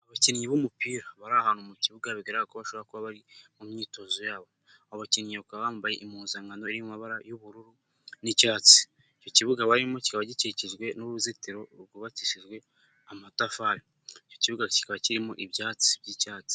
Abakinnyi b'umupira bari ahantu mu kibuga, bigaragara ko bashobora kuba bari mu myitozo yabo, abo bakinnyi bakaba bambaye impuzankano iri mu mabara y'ubururu n'icyatsi, icyo kibuga barimo kikaba gikikijwe n'uruzitiro rwukishijwe amatafari, icyo kibuga kikaba kirimo ibyatsi by'icyatsi.